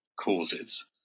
causes